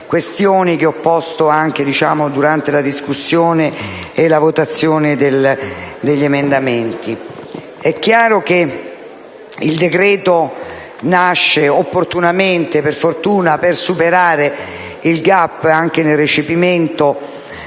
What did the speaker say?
che ho posto anche durante la discussione e la votazione degli emendamenti. È chiaro che il decreto-legge nasce opportunamente, per fortuna, per superare il *gap* anche nel recepimento